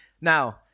Now